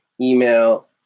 email